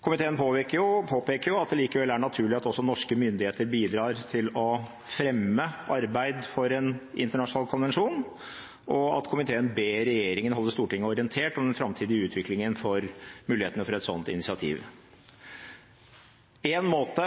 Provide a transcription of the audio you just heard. Komiteen påpeker jo at det likevel er naturlig at også norske myndigheter bidrar til å fremme arbeid for en internasjonal konvensjon, og komiteen ber regjeringen holde Stortinget orientert om den framtidige utviklingen for mulighetene for et slikt initiativ. En måte